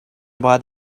باید